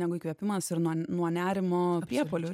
negu įkvėpimas ir nuo nerimo priepuolio